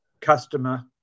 customer